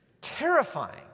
terrifying